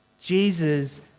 Jesus